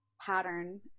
pattern